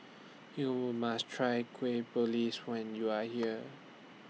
YOU must Try Kueh Please when YOU Are here